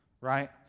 right